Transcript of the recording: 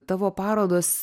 tavo parodos